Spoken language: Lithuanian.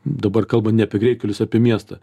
dabar kalbant ne apie greitkelius apie miestą